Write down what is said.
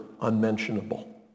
unmentionable